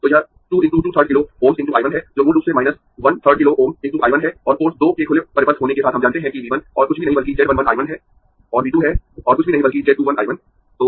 तो यह 2 × 2 3rd kilo Ωs × I 1 है जो मूल रूप से 1 3rd किलो Ω × I 1 है और पोर्ट 2 के खुले परिपथ होने के साथ हम जानते है कि V 1 और कुछ भी नहीं बल्कि z 1 1 I 1 है और V 2 है और कुछ भी नहीं बल्कि z 2 1 I 1